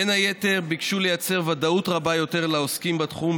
בין היתר ביקשו לייצר ודאות רבה יותר לעוסקים בתחום,